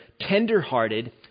tenderhearted